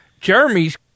Jeremy's